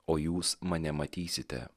o jūs mane matysite